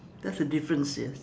that's the difference yes